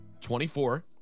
24